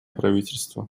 правительства